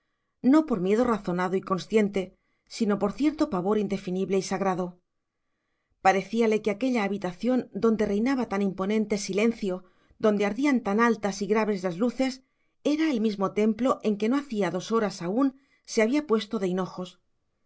no por miedo razonado y consciente sino por cierto pavor indefinible y sagrado parecíale que aquella habitación donde reinaba tan imponente silencio donde ardían tan altas y graves las luces era el mismo templo en que no hacía dos horas aún se había puesto de hinojos